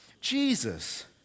Jesus